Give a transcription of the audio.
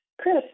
Chris